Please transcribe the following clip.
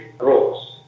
roles